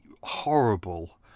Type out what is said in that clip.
horrible